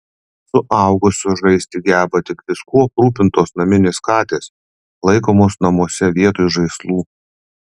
suaugusios žaisti geba tik viskuo aprūpintos naminės katės laikomos namuose vietoj žaislų